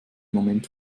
moment